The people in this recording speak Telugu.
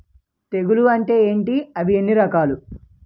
తెగులు అంటే ఏంటి అవి ఎన్ని రకాలు?